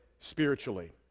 spiritually